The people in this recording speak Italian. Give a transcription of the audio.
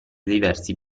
diversi